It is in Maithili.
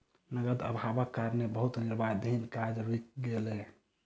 नकद अभावक कारणें बहुत निर्माणाधीन काज रुइक गेलै